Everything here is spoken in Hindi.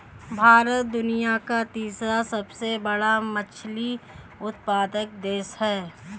भारत दुनिया का तीसरा सबसे बड़ा मछली उत्पादक देश है